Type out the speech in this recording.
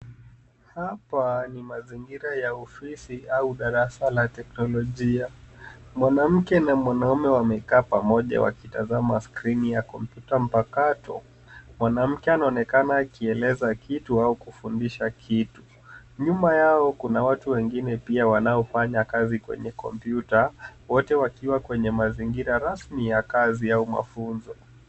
Hapa ni mazingira ya ofisi au darasa la kiteknolojia, mwanamke na mwanaume wamekaa pamoja wakitazama skrini ya kompyuta mpakato. Mwanamke anaonekana akieleza kitu aukufundisha kitu, nyuma yao kuna watu wengine pia wanaofanya kazi kwenye kompyuta wote wakiwa kwenye mazingira ya rasmi ya kazi au mafunzo.